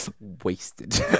Wasted